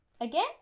Again